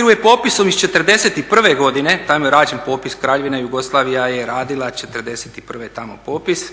U … je popisom iz '41. godine, tamo je rađen popis, Kraljevina Jugoslavija je radila '41. tamo popis,